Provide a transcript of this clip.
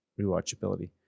rewatchability